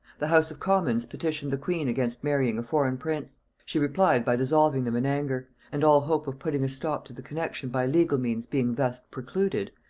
the house of commons petitioned the queen against marrying a foreign prince she replied by dissolving them in anger and all hope of putting a stop to the connexion by legal means being thus precluded,